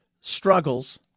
struggles